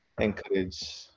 encourage